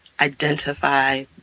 identify